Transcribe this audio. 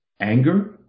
anger